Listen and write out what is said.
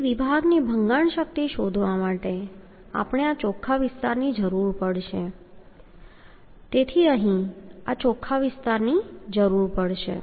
તેથી વિભાગની ભંગાણ શક્તિ શોધવા માટે આ ચોખ્ખા વિસ્તારની જરૂર પડશે